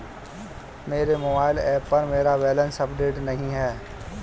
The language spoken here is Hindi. मेरे मोबाइल ऐप पर मेरा बैलेंस अपडेट नहीं है